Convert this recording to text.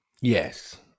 Yes